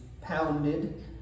pounded